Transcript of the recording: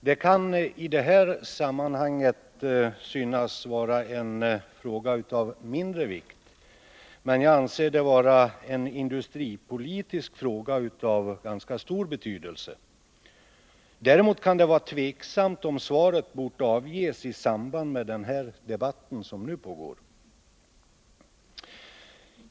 Det kan i detta sammanhang synas vara en fråga av mindre vikt, men jag anser det vara en industripolitisk fråga av ganska stor betydelse. Däremot kan det vara tveksamt om svaret bort avges i samband med den debatt som nu pågår.